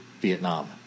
Vietnam